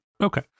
Okay